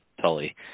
tully